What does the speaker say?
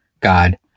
God